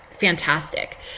fantastic